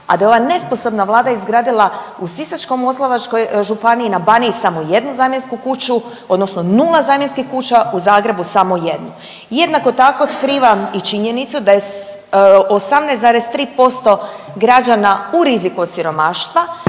a da je ova nesposobna Vlada izgradila u Sisačko-moslavačkoj županiji, na Baniji samo jednu zamjensku kuću, odnosno nula zamjenskih kuća, u Zagrebu samo jednu. Jednako tako skriva i činjenicu da je 18,3% građana u riziku od siromaštva,